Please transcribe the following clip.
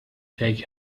take